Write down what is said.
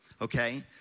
okay